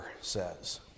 says